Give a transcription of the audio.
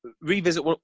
revisit